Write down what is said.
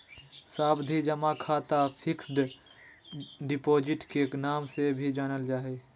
सावधि जमा खाता फिक्स्ड डिपॉजिट के नाम से भी जानल जा हय